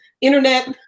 internet